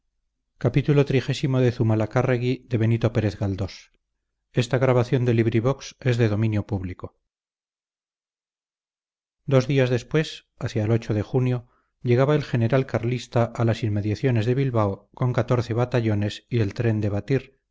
dos días después hacia el de junio llegaba el general carlista a las inmediaciones de bilbao con catorce batallones y el tren de